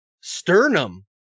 sternum